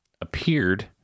appeared